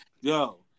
Yo